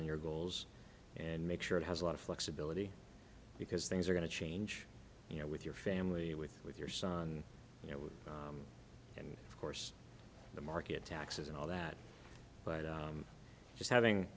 on your goals and make sure it has a lot of flexibility because things are going to change you know with your family with with your son you know and of course the market taxes and all that but i'm just having